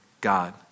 God